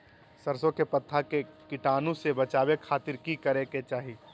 सरसों के पत्ता के कीटाणु से बचावे खातिर की करे के चाही?